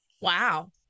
Wow